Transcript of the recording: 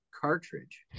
cartridge